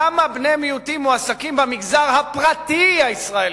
כמה בני מיעוטים מועסקים במגזר הפרטי הישראלי,